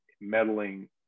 meddling